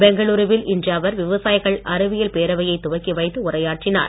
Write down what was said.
பெங்களுருவில் இன்று அவர் விவசாயிகள் அறிவியல் பேரவையை துவக்கி வைத்து உரையாற்றினார்